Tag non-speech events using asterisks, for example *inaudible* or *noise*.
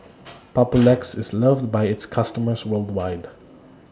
*noise* Papulex IS loved By its customers worldwide